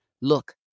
Look